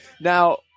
Now